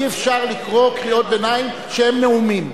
אי-אפשר לקרוא קריאות ביניים שהן נאומים.